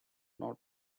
not